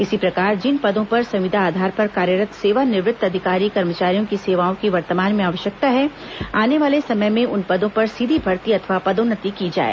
इसी प्रकार जिन पदों पर संविदा आधार पर कार्यरत सेवानिवृत्त अधिकारी कर्मचारियों की सेवाओं की वर्तमान में आवश्यकता है आने वाले समय में उन पदों पर सीधी भर्ती अथवा पदोन्नति की जाए